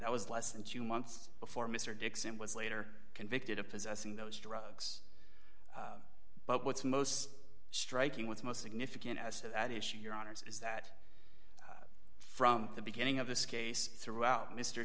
that was less than two months before mr dixon was later convicted of possessing those drugs but what's most striking with most significant as to that issue your honour's is that from the beginning of this case throughout mr